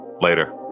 Later